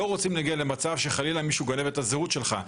רוצים להגיע למצב שחלילה מישהו גונב את הזהות שלך.